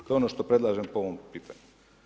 To je ono što predlažem po ovom pitanju.